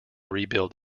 rebuild